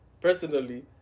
personally